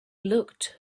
looked